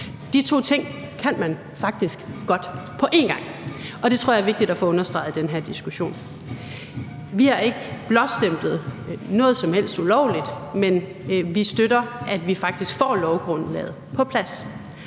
De to ting kan man faktisk godt på en gang, og det tror jeg er vigtigt at få understreget i den her diskussion. Vi har ikke blåstemplet noget som helst ulovligt, men vi støtter, at vi faktisk får lovgrundlaget på plads.